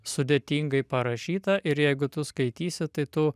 sudėtingai parašyta ir jeigu tu skaitysi tai tu